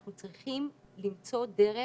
אנחנו צריכים למצוא דרך